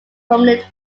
prominent